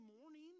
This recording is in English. morning